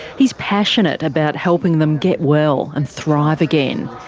he's passionate about helping them get well and thrive again.